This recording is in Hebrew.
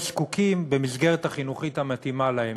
זקוקים לו במסגרת החינוכית המתאימה להם.